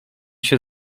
się